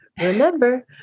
remember